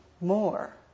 more